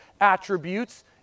attributes